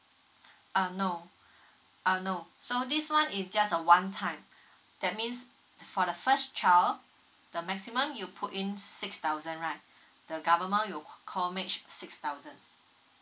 uh no uh no so this [one] is just a one time that means for the first child the maximum you put in six thousand right the government will c~ co match six thousand